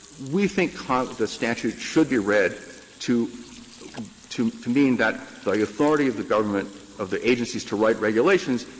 we think kind of the statute should be read to to to mean that the authority of the government, of the agencies to write regulations,